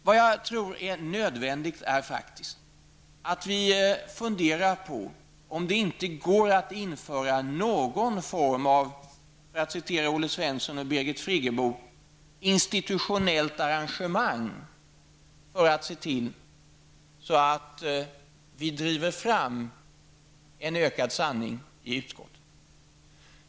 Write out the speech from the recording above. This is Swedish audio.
Vad jag tror är nödvändigt är faktiskt att vi funderar på om det inte går att införa någon form av, för att citera Olle Svensson och Birgit Friggebo, ''institutionellt arrangemang'' för att se till att vi driver fram ökad sanning i utskotten.